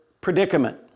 predicament